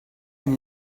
ein